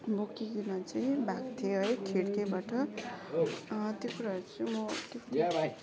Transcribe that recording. बोकिकन चाहिँ भाग्थ्यो है खिडकीबाट त्यो कुराहरू चाहिँ म